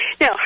Now